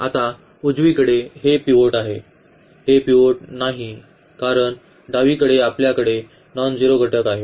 आता उजवीकडे हे पिवोट आहे हे पिवोट नाही कारण डावीकडे आपल्याकडे नॉनझिरो घटक आहेत